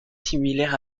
similaire